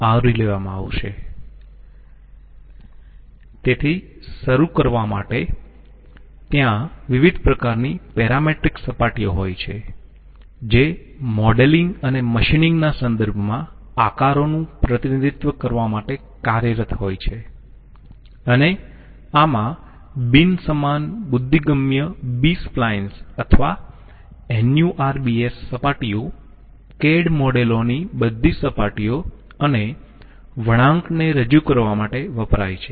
તેથી શરૂ કરવા માટે ત્યાં વિવિધ પ્રકારની પેરામેટ્રિક સપાટીઓ હોય છે જે મોડેલિંગ અને મશીનીંગ ના સંદર્ભમાં આકારોનું પ્રતિનિધિત્વ કરવા માટે કાર્યરત હોય છે અને આમા બિન સમાન બુદ્ધિગમ્ય બી સપ્લાઈન્સ અથવા NURBS સપાટીઓ CAD મોડેલો ની બધી સપાટીઓ અને વળાંકને રજૂ કરવા માટે વપરાય છે